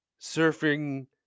surfing